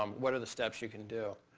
um what are the steps you can do.